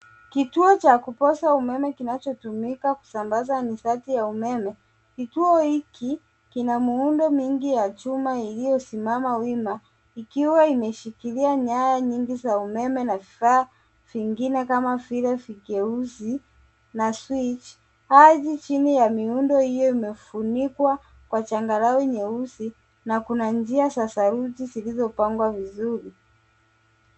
Kituo cha kuposa umeme kinachotumika kusambaza nishati ya umeme. Kituo hiki, kina muundo mingi ya chuma iliyosimama wima, ikiwa imeshikilia nyaya nyingi za umeme na vifaa vingine kama vile vigeuzi, na switch , hadi chini ya miundo hiyo imefunikwa kwa changarawe nyeusi, na kuna njia za saruji zilizopangwa vizuri.